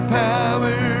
power